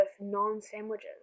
non-sandwiches